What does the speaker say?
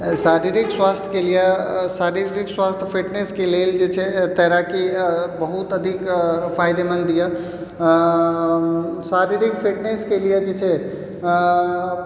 शारीरिक स्वास्थ्यके लिए शारीरिक स्वास्थ्य फिटनेसके लेल तैराकी बहुत अधिक फायदेमन्द यऽ आओर शारीरिक फिटनेसके लिए जे छै आओर